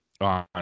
on